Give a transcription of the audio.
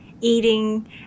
eating